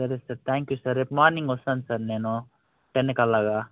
సరే sir thank you sir రేపు morning వస్తాను సార్ నేను టెన్కు అలాగా